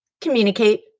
communicate